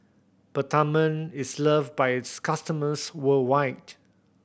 Peptamen is loved by its customers worldwide